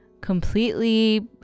completely